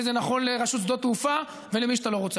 וזה נכון לרשות שדות התעופה ולמי שאתה לא רוצה.